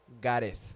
Gareth